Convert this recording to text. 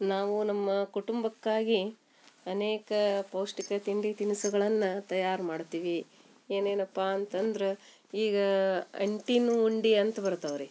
ನಾವು ನಮ್ಮ ಕುಟುಂಬಕ್ಕಾಗಿ ಅನೇಕ ಪೌಷ್ಟಿಕ ತಿಂಡಿ ತಿನಿಸುಗಳನ್ನು ತಯಾರು ಮಾಡ್ತೀವಿ ಏನೇನಪ್ಪ ಅಂತಂದ್ರೆ ಈಗ ಅಂಟಿನ ಉಂಡೆ ಅಂತ ಬರ್ತವೆ ರೀ